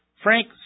Frank